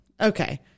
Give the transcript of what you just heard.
okay